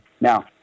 Now